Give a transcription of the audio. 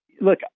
look